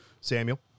Samuel